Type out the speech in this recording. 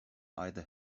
either